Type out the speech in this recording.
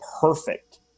perfect